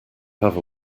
have